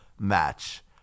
match